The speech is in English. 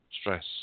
stress